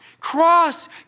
cross